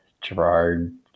Gerard